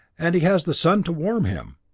and he has the sun to warm him.